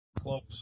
Close